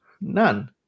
None